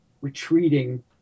retreating